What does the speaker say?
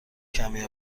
کمی